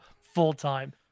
full-time